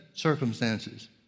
circumstances